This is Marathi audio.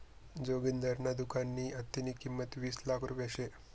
जोगिंदरना दुकाननी आत्तेनी किंमत वीस लाख रुपया शे